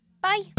Bye